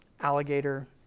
alligator